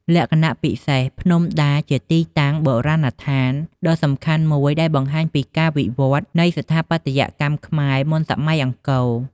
លក្ខណៈពិសេស ភ្នំដាជាទីតាំងបុរាណដ្ឋានដ៏សំខាន់មួយដែលបង្ហាញពីការវិវឌ្ឍន៍នៃស្ថាបត្យកម្មខ្មែរមុនសម័យអង្គរ។